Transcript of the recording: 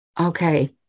Okay